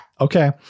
Okay